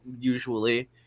usually